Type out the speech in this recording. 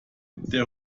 der